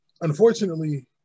unfortunately